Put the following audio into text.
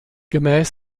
gemäß